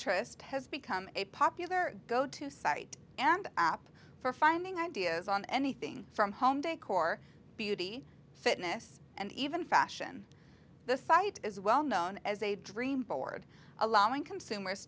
pinterest has become a popular go to site and app for finding ideas on anything from home decor beauty fitness and even fashion the site is well known as a dream board allowing consumers